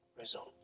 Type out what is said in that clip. result